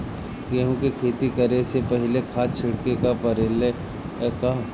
गेहू के खेती करे से पहिले खाद छिटे के परेला का?